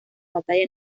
batalla